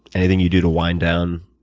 anything you do to wind down?